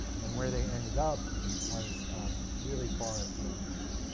and where they ended up was really far afield from that.